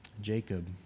Jacob